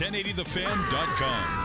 1080TheFan.com